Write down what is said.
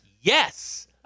yes